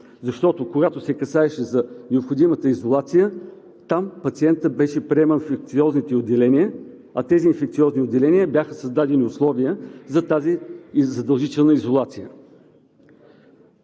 защото когато се касаеше за необходимата изолация, там пациентът беше приеман в инфекциозните отделения, а в тези инфекциозни отделения бяха създадени условия за тази задължителна изолация.